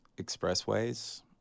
expressways